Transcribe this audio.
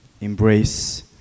Embrace